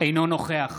אינו נוכח